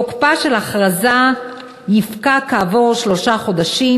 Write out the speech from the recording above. תוקפה של ההכרזה יפקע כעבור שלושה חודשים,